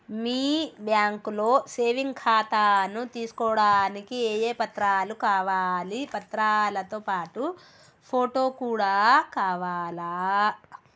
మీ బ్యాంకులో సేవింగ్ ఖాతాను తీసుకోవడానికి ఏ ఏ పత్రాలు కావాలి పత్రాలతో పాటు ఫోటో కూడా కావాలా?